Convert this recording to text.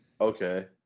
Okay